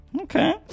okay